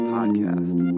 Podcast